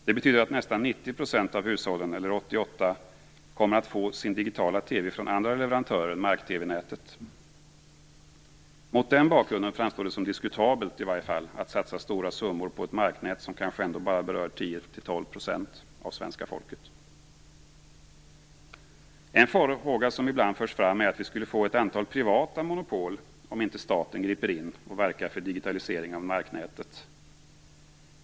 Det betyder att 88 % av hushållen kommer att få sin digitala TV från andra leverantörer än mark-TV-nätet. Mot den bakgrunden framstår det som diskutabelt att satsa stora summor på ett marknät som kanske ändå bara berör 10-12 % av svenska folket. En farhåga som ibland förs fram är att vi skulle få ett antal privata monopol om inte staten grep in och verkade för digitalisering av marknätet.